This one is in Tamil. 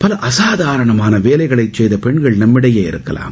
பல அசாதாரணமான வேலைகளை செய்த பெண்கள் நம்மிடையே இருக்கலாம்